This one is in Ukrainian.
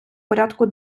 порядку